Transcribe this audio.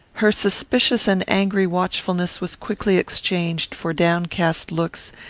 her suspicious and angry watchfulness was quickly exchanged for downcast looks,